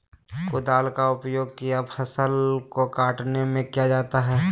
कुदाल का उपयोग किया फसल को कटने में किया जाता हैं?